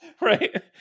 Right